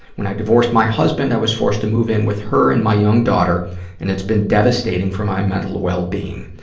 when i divorced my husband, i was forced to move in with her and my young daughter and it's been devastating for my mental well-being.